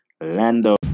Lando